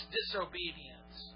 disobedience